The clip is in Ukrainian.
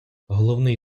головний